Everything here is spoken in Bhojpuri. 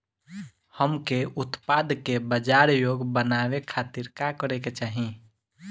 हमके उत्पाद के बाजार योग्य बनावे खातिर का करे के चाहीं?